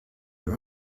her